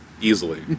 easily